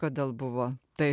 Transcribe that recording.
kodėl buvo tai